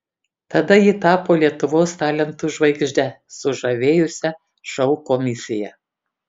tada ji tapo lietuvos talentų žvaigžde sužavėjusia šou komisiją